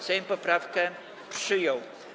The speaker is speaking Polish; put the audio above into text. Sejm poprawkę przyjął.